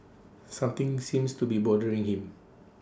something seems to be bothering him